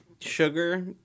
Sugar